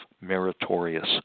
meritorious